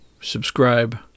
subscribe